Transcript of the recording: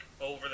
over